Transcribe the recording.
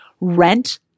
rent